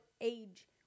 age